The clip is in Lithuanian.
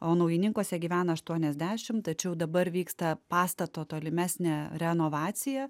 o naujininkuose gyvena aštuoniasdešimt tačiau dabar vyksta pastato tolimesnė renovacija